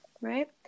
Right